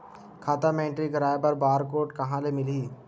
खाता म एंट्री कराय बर बार कोड कहां ले मिलही?